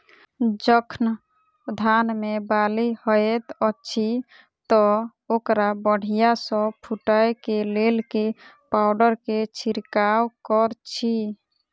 जखन धान मे बाली हएत अछि तऽ ओकरा बढ़िया सँ फूटै केँ लेल केँ पावडर केँ छिरकाव करऽ छी?